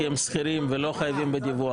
כי הם שכירים ולא חייבים בדיווח,